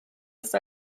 ist